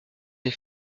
des